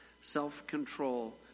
self-control